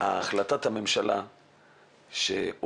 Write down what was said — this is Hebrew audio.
החלטת הממשלה מ-2018,